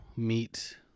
Meet